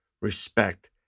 respect